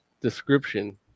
description